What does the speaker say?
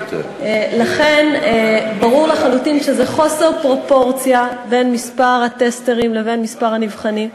לכן ברור לחלוטין חוסר הפרופורציה בין מספר הטסטרים לבין מספר הנבחנים.